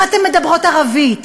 או אתן מדברות ערבית?